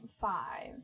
five